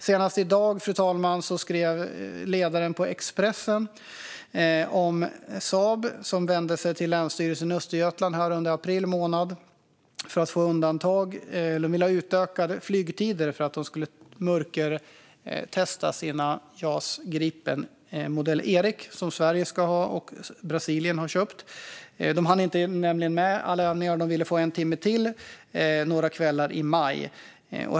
Senast i dag, fru talman, skriver man i ledaren i Expressen om Saab. De vände sig till Länsstyrelsen i Västergötland under april månad för att få undantag. De ville få utökade flygtider för att de skulle mörkertesta sina Jas Gripen modell Erik som Sverige ska ha och som Brasilien har köpt. De hann nämligen inte med alla övningar och ville få en timme till några kvällar i maj.